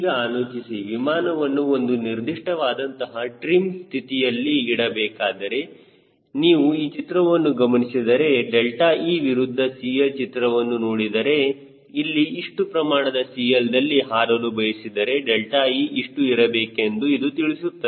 ಈಗ ಆಲೋಚಿಸಿ ವಿಮಾನವನ್ನು ಒಂದು ನಿರ್ದಿಷ್ಟ ವಾದಂತಹ ಟ್ರೀಮ್ ಸ್ಥಿತಿಯಲ್ಲಿ ಇಡಬೇಕಾದರೆ ನೀವು ಈ ಚಿತ್ರವನ್ನು ಗಮನಿಸಿದರೆ 𝛿e ವಿರುದ್ಧ CL ಚಿತ್ರವನ್ನು ನೋಡಿದರೆ ಇಲ್ಲಿ ಇಷ್ಟು ಪ್ರಮಾಣದ CL ದಲ್ಲಿ ಹಾರಲು ಬಯಸಿದರೆ 𝛿e ಎಷ್ಟು ಇರಬೇಕೆಂದು ಇದು ತಿಳಿಸುತ್ತದೆ